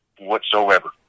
whatsoever